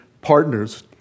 partners